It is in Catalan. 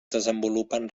desenvolupen